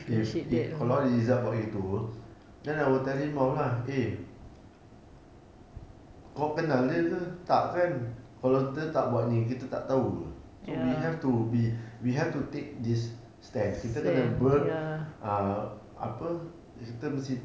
if if kalau izat buat gitu then I will tell him off lah eh kau kenal dia ke tak kan kalau kita tak buat ini kita tak tahu apa so we have to be we have to take this step kita kena ber~ uh apa kita mesti